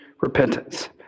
repentance